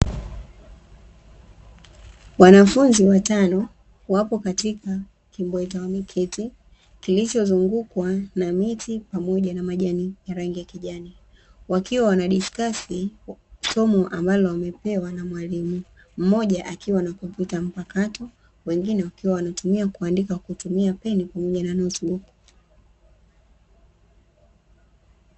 Wanafunzi watano, wapo katika kibweta wameketi, kilichozungukwa na miti pamoja na majani ya rangi ya kijani, wakiwa wanadiskasi somo ambalo wamepewa na mwalimu, mmoja akiwa na kompyuta mpakato, wengine wakiwa wanatumia kuandika kwa kutumia peni pamoja na notibuku.